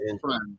friend